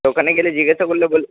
ওখানে গেলে জিজ্ঞাসা করলে বলে দেবে